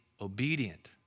obedient